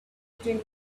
between